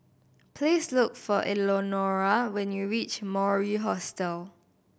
please look for Elenora when you reach Mori Hostel